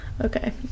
Okay